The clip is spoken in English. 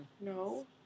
No